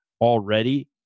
already